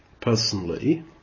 personally